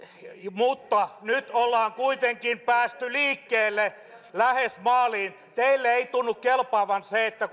mutta nyt on kuitenkin päästy liikkeelle lähes maaliin teille ei tunnu kelpaavan se että